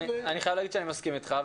אני חייב להגיד שאני מסכים איתך.